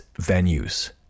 venues